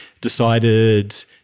decided